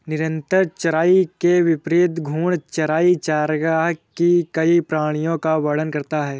निरंतर चराई के विपरीत घूर्णन चराई चरागाह की कई प्रणालियों का वर्णन करता है